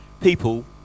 people